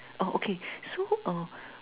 uh okay so err